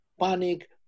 panic